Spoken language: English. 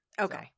okay